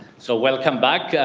so welcome back.